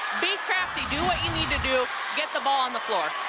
be crafty, do what you need to do, get the ball on the